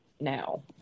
now